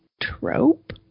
trope